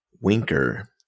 Winker